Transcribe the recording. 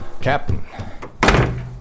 Captain